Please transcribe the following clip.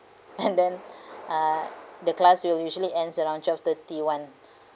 and then uh the class will usually ends around twelve thirty [one]